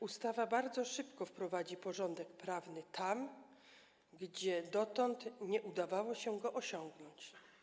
Ustawa bardzo szybko wprowadzi porządek prawny tam, gdzie dotąd nie udawało się go osiągnąć.